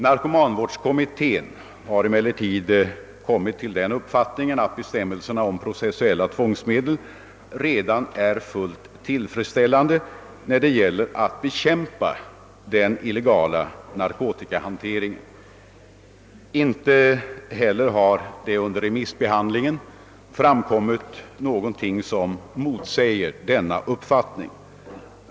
Narkomanvårdskommittén har emellertid kommit till den uppfattningen, att bestämmelserna om processuella tvångsmedel redan är fullt tillfredsställande när det gäller att bekämpa den illegala narkotikahanteringen. Under remissbehandlingen har ingenting framkommit som motsäger denna uppfattning.